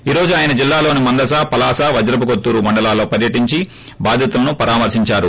ఈ రోజు ఆయన జిల్లాలోని మందస పలాస వజ్రప్ప కోత్తూరు మండలాల్లో పర్యటించి బాధితులను పరామర్పించారు